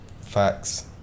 facts